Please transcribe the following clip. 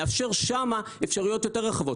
לאפשר שם אפשרויות יותר רחבות.